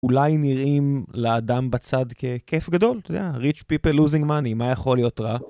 אולי נראים לאדם בצד ככיף גדול, אתה יודע, Rich people lose money, מה יכול להיות רע?